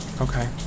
Okay